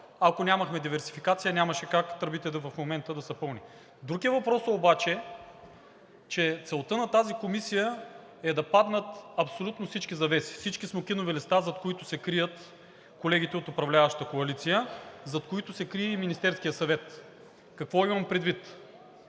ако нямахме диверсификация, нямаше как тръбите в момента да са пълни. Друг е въпросът обаче, че целта на тази комисия е да паднат абсолютно всички завеси – всички смокинови листа, зад които се крият колегите от управляващата коалиция, зад които се крие и Министерският съвет. Какво имам предвид?